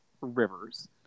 Rivers